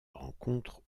rencontrent